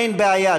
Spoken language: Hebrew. אין בעיה,